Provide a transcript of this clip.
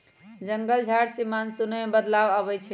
जंगल झार से मानसूनो में बदलाव आबई छई